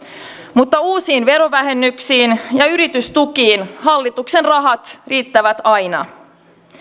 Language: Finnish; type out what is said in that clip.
mutta uusiin verovähennyksiin ja yritystukiin hallituksen rahat riittävät aina